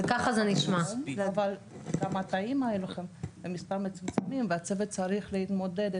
אבל גם התאים האלה הם במספר מצומצם והצוות צריך להתמודד,